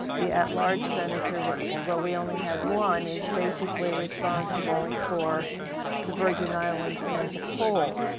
the at-large senator will, although we only have one, is basically responsible for the virgin islands as a whole.